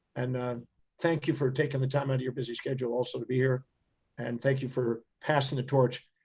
and thank you for taking the time out of your busy schedule, also to be here and thank you for passing the torch.